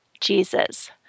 jesus